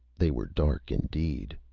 they were dark indeed.